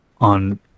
on